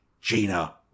gina